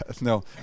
No